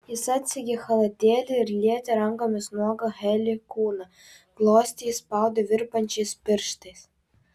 jis atsegė chalatėlį ir lietė rankomis nuogą heli kūną glostė jį spaudė virpančiais pirštais